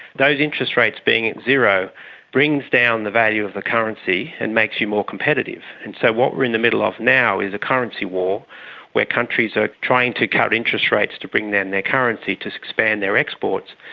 those interest rates being at zero brings down the value of the currency and makes you more competitive. and so what we are in the middle of now is a currency war where countries are trying to cut interest rates to bring down their currency to expand their exports.